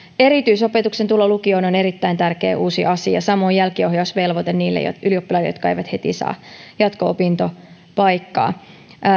erityisopetuksen tulo lukioon on erittäin tärkeä uusi asia samoin jälkiohjausvelvoite niille ylioppilaille jotka eivät heti saa jatko opintopaikkaa